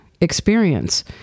experience